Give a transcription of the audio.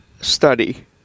study